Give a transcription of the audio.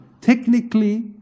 technically